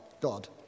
God